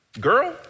Girl